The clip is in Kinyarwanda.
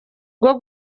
bwo